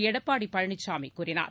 எடப்பாடி பழனிசாமி கூறினார்